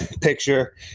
picture